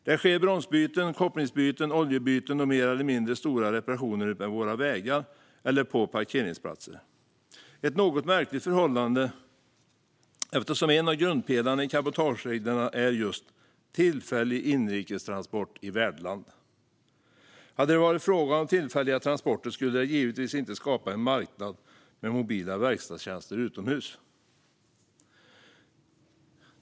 Det sker bromsbyten, kopplingsbyten och oljebyten liksom större och mindre reparationer utmed våra vägar och på parkeringsplatser - ett något märkligt förhållande, eftersom en av grundpelarna i cabotagereglerna är just tillfälli g inrikestransport i värdland . Hade det varit fråga om tillfälliga transporter skulle det givetvis inte skapa en marknad med mobila verkstadstjänster utomhus.